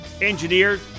Engineered